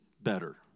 better